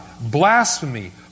blasphemy